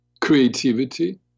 creativity